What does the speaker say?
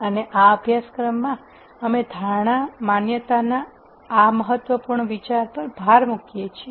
અને આ અભ્યાસક્રમમાં અમે ધારણા માન્યતાના આ મહત્વપૂર્ણ વિચાર પર ભાર મૂકીએ છીએ